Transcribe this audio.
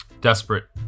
Desperate